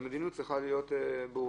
והמדיניות צריכה להיות ברורה.